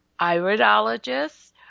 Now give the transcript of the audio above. iridologist